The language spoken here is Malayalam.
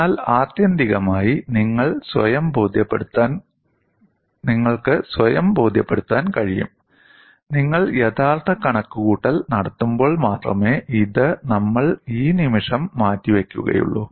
എന്നാൽ ആത്യന്തികമായി നിങ്ങൾക്ക് സ്വയം ബോധ്യപ്പെടുത്താൻ കഴിയും നിങ്ങൾ യഥാർത്ഥ കണക്കുകൂട്ടൽ നടത്തുമ്പോൾ മാത്രമേ ഇത് നമ്മൾ ഈ നിമിഷം മാറ്റിവയ്ക്കുകയുള്ളൂ